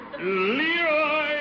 Leroy